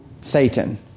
Satan